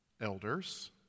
elders